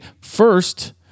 first